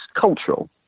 cultural